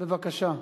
בבקשה.